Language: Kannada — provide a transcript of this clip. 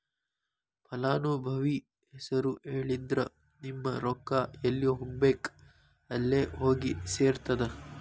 ಫಲಾನುಭವಿ ಹೆಸರು ಹೇಳಿದ್ರ ನಿಮ್ಮ ರೊಕ್ಕಾ ಎಲ್ಲಿ ಹೋಗಬೇಕ್ ಅಲ್ಲೆ ಹೋಗಿ ಸೆರ್ತದ